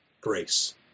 Grace